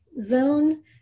zone